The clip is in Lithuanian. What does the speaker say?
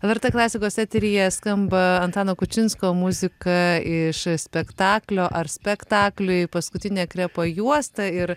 lrt klasikos eteryje skamba antano kučinsko muzika iš spektaklio ar spektakliui paskutinė krepo juosta ir